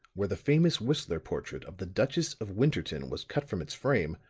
when the famous whistler portrait of the duchess of winterton was cut from its frame,